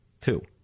two